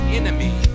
enemy